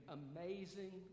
amazing